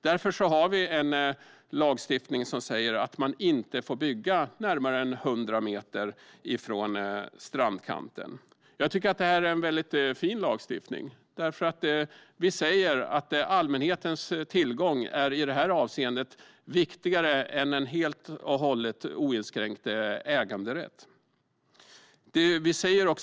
Därför har vi en lagstiftning som säger att man inte får bygga närmare än 100 meter från strandkanten. Jag tycker att det här är en väldigt fin lagstiftning, för med den säger vi att allmänhetens tillgång i det här avseendet är viktigare än en helt och hållet oinskränkt äganderätt.